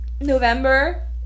November